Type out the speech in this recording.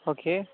okay